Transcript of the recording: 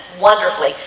wonderfully